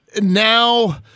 now